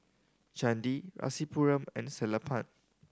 Chandi Rasipuram and Sellapan